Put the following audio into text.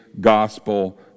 gospel